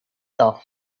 tough